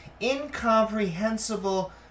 incomprehensible